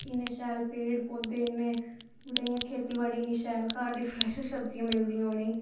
किन्ने शैल पेड़ पौधे इन्ने मतलव इयां खेत्ती बाड़ी इन्ने शैल घर ते फ्रैश सब्जियां मिलदियां उनेंई